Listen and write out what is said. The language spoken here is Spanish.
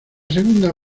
segunda